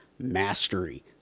Mastery